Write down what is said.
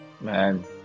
man